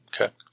Okay